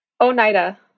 Oneida